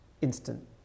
instant